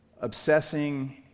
obsessing